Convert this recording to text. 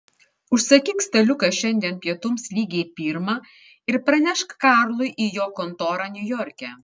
užsakyk staliuką šiandien pietums lygiai pirmą ir pranešk karlui į jo kontorą niujorke